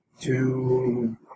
Two